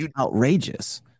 outrageous